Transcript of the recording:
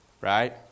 right